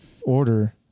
order